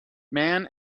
man